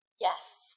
Yes